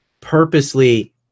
purposely